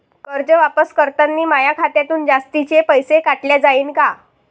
कर्ज वापस करतांनी माया खात्यातून जास्तीचे पैसे काटल्या जाईन का?